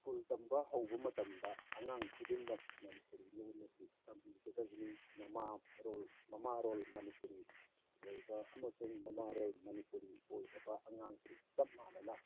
school ꯇꯝꯕ ꯍꯧꯕ ꯃꯇꯝꯗ ꯑꯉꯥꯡ ꯈꯨꯗꯤꯡꯃꯛ ꯃꯅꯤꯄꯨꯔꯤ ꯂꯣꯟ ꯑꯁꯤ ꯇꯝꯕꯤꯒꯗꯕꯅꯤ ꯃꯃꯥ ꯂꯣꯟ ꯃꯃꯥ ꯂꯣꯟ ꯃꯅꯤꯄꯨꯔꯤ ꯑꯣꯏꯕ ꯑꯃꯁꯨꯡ ꯃꯃꯥ ꯂꯣꯟ ꯃꯅꯤꯄꯨꯔꯤ ꯑꯣꯏꯗꯕ ꯑꯉꯥꯡꯁꯤꯡ ꯆꯞ ꯃꯥꯟꯅꯅ